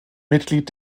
mitglied